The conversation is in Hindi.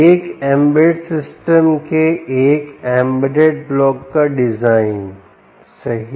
एक एम्बेडेड सिस्टम के एक एम्बेडेड ब्लॉक का डिज़ाइन सही